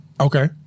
Okay